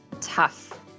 tough